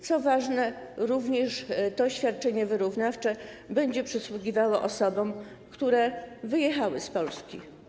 Co ważne, również to świadczenie wyrównawcze będzie przysługiwało osobom, które wyjechały z Polski.